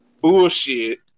bullshit